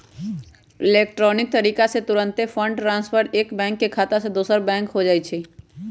electronic तरीका से तूरंते फंड ट्रांसफर एक बैंक के खता से दोसर में हो जाइ छइ